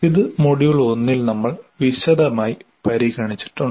ഇത് മൊഡ്യൂൾ 1 ൽ നമ്മൾ വിശദമായി പരിഗണിച്ചിട്ടുണ്ട്